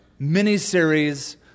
miniseries